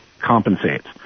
compensates